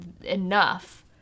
enough